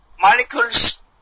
molecules